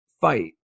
fight